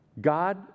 God